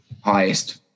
highest